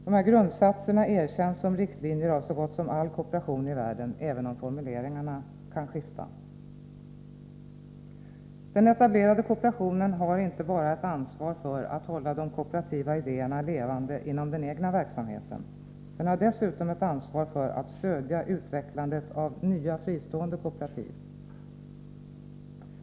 Dessa erkänns som riktlinjer av så gott som all kooperation i världen, även om formulering — Nr 125 arna kan skifta. Den etablerade kooperationen har inte bara ett ansvar för att hålla de kooperativa idéerna levande inom den egna verksamheten. Den har dessutom ett ansvar för att stödja utvecklandet av nya fristående kooperativ.